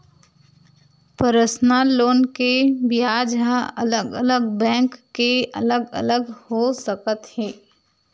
personal loan के बियाज ह अलग अलग बैंक के अलग अलग हो सकत हे